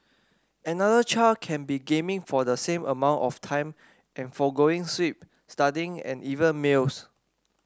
another child can be gaming for the same amount of time and forgoing sleep studying and even meals